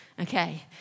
okay